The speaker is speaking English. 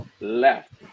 left